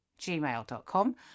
gmail.com